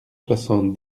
soixante